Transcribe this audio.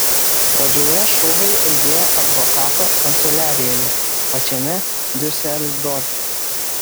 pradžioje šūviai aidėjo advokato kanceliarijoje pačiame diuseldorfe